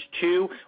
two